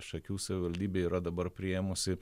šakių savivaldybė yra dabar priėmusi